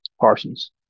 Parsons